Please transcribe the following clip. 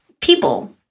people